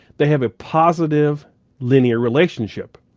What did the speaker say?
they have a positive linear relationship.